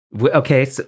Okay